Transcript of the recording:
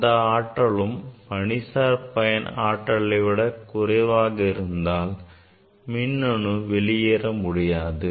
அந்த ஆற்றலும் பணிசார் பயன் ஆற்றலை விட குறைவாக இருந்தால் மின்னணு வெளியேற முடியாது